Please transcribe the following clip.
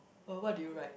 but what did you write